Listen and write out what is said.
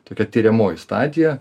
tokia tiriamoji stadija